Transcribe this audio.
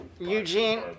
Eugene